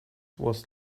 was